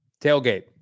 tailgate